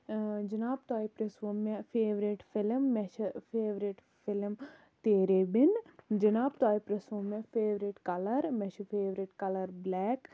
جِناب تۄہہِ پرٕژھوٗ مےٚ فیورِٹ فلم مےٚ چھِ فیورِٹ فلم تیرے بِن جِناب تۄہہِ پرٕژھوٗ مےٚ فیورِٹ کَلَر مےٚ چھُ فیورِٹ کَلَر بلیک